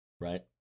Right